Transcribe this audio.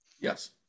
yes